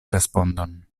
respondon